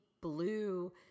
blue